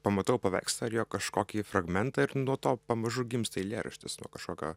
pamatau paveikslą ar jo kažkokį fragmentą ir nuo to pamažu gimsta eilėraštis nuo kažkokio